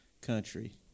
country